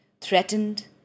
threatened